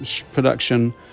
production